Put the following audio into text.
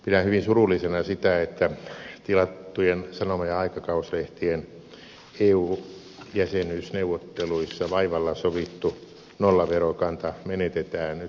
pidän hyvin surullisena sitä että tilattujen sanoma ja aikakauslehtien eu jäsenyysneuvotteluissa vaivalla sovittu nollaverokanta menetetään nyt lopullisesti